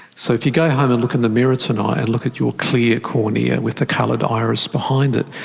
so if you go home and look in the mirror tonight and look at your clear cornea with the coloured iris behind it,